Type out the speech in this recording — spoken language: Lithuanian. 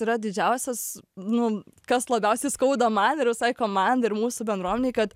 yra didžiausias nu kas labiausiai skauda man ir visai komandai ir mūsų bendruomenei kad